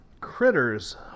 Critters